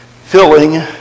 filling